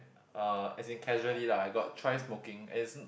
uh as in casually lah I got try smoking as in